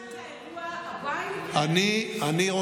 אתה מוכן לאירוע הבא, אם יקרה?